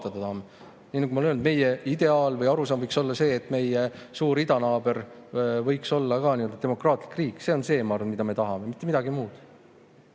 Nii nagu olen öelnud, meie ideaal või arusaam võiks olla see, et meie suur idanaaber võiks olla ka demokraatlik riik. See on see, mida me tahame, ma arvan, mitte midagi muud.